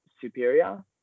Superior